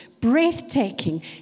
breathtaking